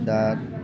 दा